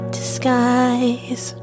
disguise